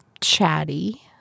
chatty